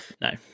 No